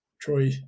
Troy